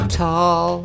tall